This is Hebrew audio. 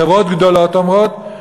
חברות גדולות אומרות,